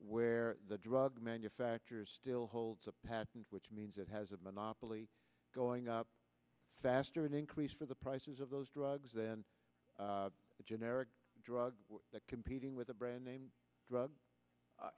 where the drug manufacturers still holds a patent which means it has a monopoly going up faster an increase for the prices of those drugs in the generic drug that competing with a brand name drug